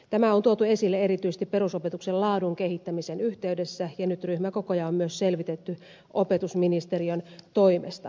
tämä on tuotu esille erityisesti perusopetuksen laadun kehittämisen yhteydessä ja nyt ryhmäkokoja on myös selvitetty opetusministeriön toimesta